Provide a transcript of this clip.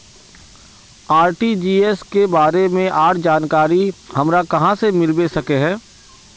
RTGS के बारे में आर जानकारी हमरा कहाँ से मिलबे सके है?